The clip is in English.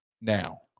Now